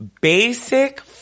basic